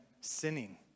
sinning